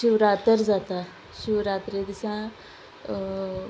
शिवरातर जाता शिवरात्रे दिसा